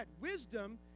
wisdom